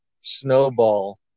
snowball